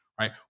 Right